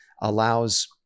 allows